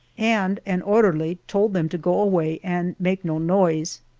and an orderly told them to go away and make no noise.